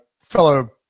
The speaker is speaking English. fellow